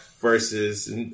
versus